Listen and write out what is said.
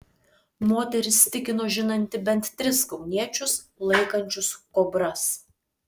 moteris tikino žinanti bent tris kauniečius laikančius kobras